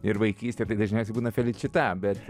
ir vaikystė tai dažniausiai būna feličita bet